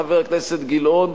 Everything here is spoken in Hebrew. חבר הכנסת גילאון,